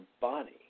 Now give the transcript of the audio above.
body